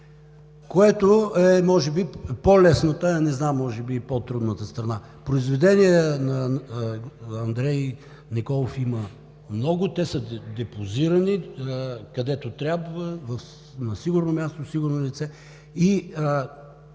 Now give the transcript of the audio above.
което е може би по-лесната, а може би и по-трудната страна. Произведения на Андрей Николов има много. Те са депозирани където трябва – на сигурно място в сигурни ръце.